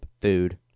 Food